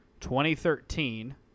2013